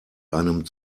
einem